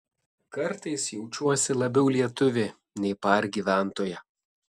kartais jaučiuosi labiau lietuvė nei par gyventoja